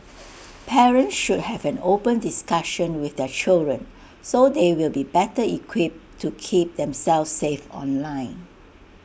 parents should have an open discussion with their children so they will be better equipped to keep themselves safe online